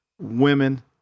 women